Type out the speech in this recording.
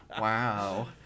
Wow